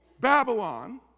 Babylon